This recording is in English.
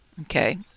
okay